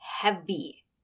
heavy